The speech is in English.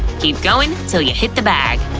keep going til you hit the bag.